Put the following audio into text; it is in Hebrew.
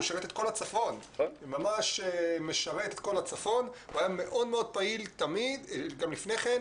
הוא שירת את כל הצפון והוא היה מאוד פעיל תמיד גם לפני כן,